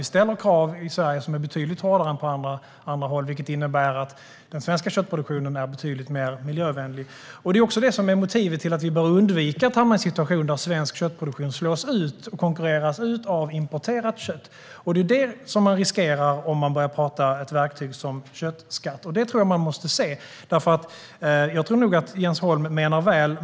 Vi ställer krav i Sverige som är betydligt hårdare än på andra håll, vilket innebär att den svenska köttproduktionen är betydligt mer miljövänlig. Det är också det som är motivet till att vi bör undvika att hamna i en situation där svensk köttproduktion slås ut och konkurreras ut av importerat kött. Det är vad man riskerar om man börjar tala om ett verktyg som köttskatt. Det tror jag att man måste se. Jag tror nog att Jens Holm menar väl.